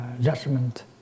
judgment